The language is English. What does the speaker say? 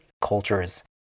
cultures